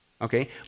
okay